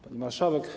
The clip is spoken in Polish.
Pani Marszałek!